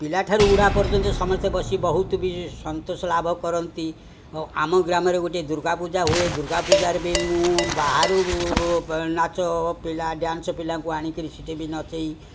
ପିଲାଠାରୁ ବୁଢ଼ା ପର୍ଯ୍ୟନ୍ତ ସମସ୍ତେ ବସି ବହୁତ ବି ସନ୍ତୋଷ ଲାଭ କରନ୍ତି ଆଉ ଆମ ଗ୍ରାମରେ ଗୋଟେ ଦୁର୍ଗା ପୂଜା ହୁଏ ଦୁର୍ଗା ପୂଜାରେ ବି ମୁଁ ବାହାରୁ ନାଚ ପିଲା ଡ୍ୟାନ୍ସ ପିଲାଙ୍କୁ ଆଣିକିରି ସିଟେ ବି ନଚେଇ